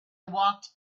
walked